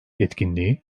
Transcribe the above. etkinliği